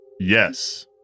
Yes